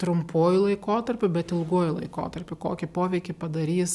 trumpuoju laikotarpiu bet ilguoju laikotarpiu kokį poveikį padarys